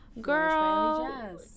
Girl